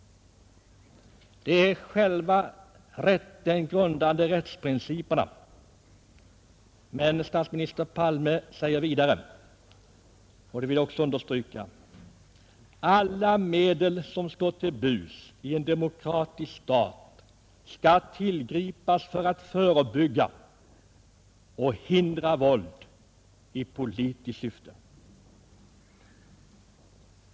Det är själva rättsprincipen. Men statsminister Palme säger — och det vill jag understryka — ”alla medel som står till buds i en demokratisk stat skall tillgripas för att förebygga och hindra våld i politisk syfte”.